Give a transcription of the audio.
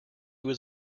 was